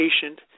patient